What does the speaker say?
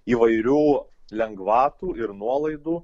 įvairių lengvatų ir nuolaidų